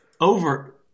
over